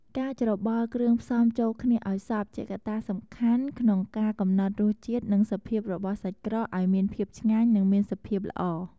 ការច្របល់គ្រឿងផ្សំចូលគ្នាឱ្យសព្វ ជាកត្តាសំខាន់ក្នុងការកំណត់រសជាតិ និងសភាពរបស់សាច់ក្រក ឱ្យមានភាពឆ្ងាញ់ និងមានសមាសភាពល្អ។